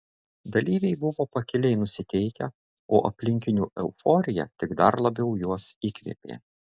dalyviai buvo pakiliai nusiteikę o aplinkinių euforija tik dar labiau juos įkvėpė